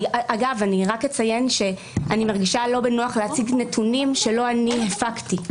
אני אציין שאני מרגישה לא בנוח להציג נתונים שלא אני הפקתי.